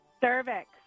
cervix